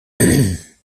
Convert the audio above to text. ballonfahrten